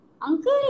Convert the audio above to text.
Uncle